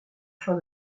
fin